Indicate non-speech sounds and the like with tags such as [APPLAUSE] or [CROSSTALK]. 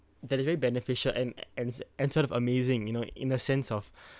that is very beneficial and and and sort of amazing you know in a sense of [BREATH]